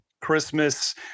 Christmas